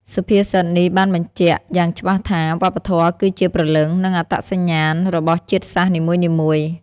សុភាសិតនេះបានបញ្ជាក់យ៉ាងច្បាស់ថា វប្បធម៌គឺជាព្រលឹង និងអត្តសញ្ញាណ របស់ជាតិសាសន៍នីមួយៗ។